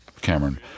Cameron